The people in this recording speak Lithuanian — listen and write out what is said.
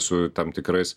su tam tikrais